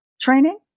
training